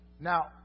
Now